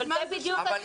אבל זה בדיוק הסיפור.